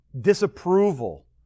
disapproval